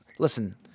Listen